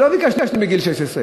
ולא ביקשנו מגיל 16,